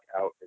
out